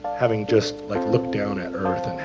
having just like looked down at earth and